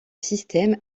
système